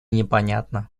непонятно